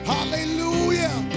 Hallelujah